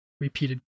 repeated